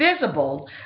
visible